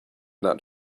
that